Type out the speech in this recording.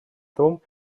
том